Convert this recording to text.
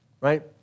Right